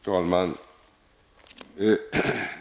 Fru talman!